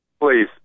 Please